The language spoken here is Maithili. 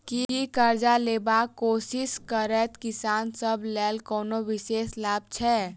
की करजा लेबाक कोशिश करैत किसान सब लेल कोनो विशेष लाभ छै?